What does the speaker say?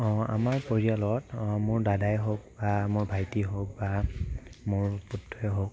আমাৰ পৰিয়ালত মোৰ দাদাই হওক বা মোৰ ভাইটি হওক বা মোৰ পুত্ৰই হওক